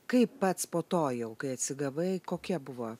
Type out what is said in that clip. kai pats po to jau kai atsigavai kokie buvo